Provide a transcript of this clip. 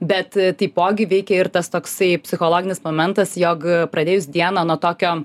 bet taipogi veikia ir tas toksai psichologinis momentas jog pradėjus dieną nuo tokio